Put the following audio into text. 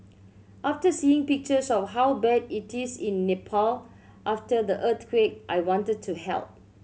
after seeing pictures of how bad it is in Nepal after the earthquake I wanted to help